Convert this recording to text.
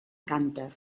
cànter